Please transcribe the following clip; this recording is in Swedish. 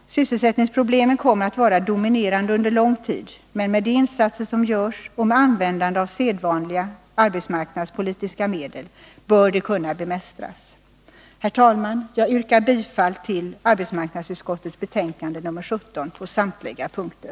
Sysselsättningsproblemen kommer att vara dominerande under lång tid, men med de insatser som görs och med användande av sedvanliga arbetsmarknadspolitiska medel bör de kunna bemästras. Herr talman! Jag yrkar bifall till arbetsmarknadsutskottets betänkande 17 på samtliga punkter.